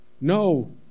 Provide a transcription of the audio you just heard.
No